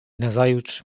nazajutrz